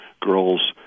girls